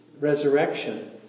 resurrection